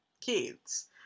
kids